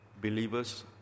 believers